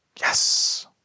Yes